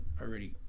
already